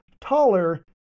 taller